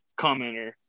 commenter